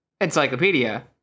Encyclopedia